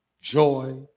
joy